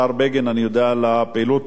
אני יודע על הפעילות שלך,